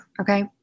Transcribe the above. okay